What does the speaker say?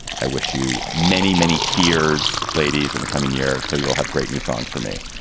i wish you many, many tears, ladies, in the coming year. so you'll have great new songs for me.